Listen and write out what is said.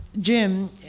Jim